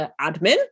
admin